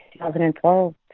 2012